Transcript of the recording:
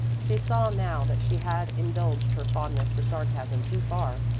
she saw now that she had indulged her fondness for sarcasm too far,